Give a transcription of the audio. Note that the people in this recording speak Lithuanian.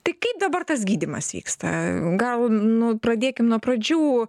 tai kaip dabar tas gydymas vyksta gal nu pradėkim nuo pradžių